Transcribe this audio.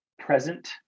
present